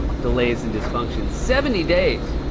delays, and dysfunction. seventy days.